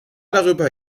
darüber